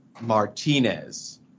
Martinez